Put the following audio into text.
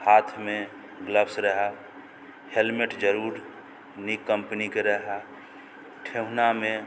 हाथ मे ग्लव्स रहय हेलमेट जरूर नीक कम्पनीके रहा ठेहुनामे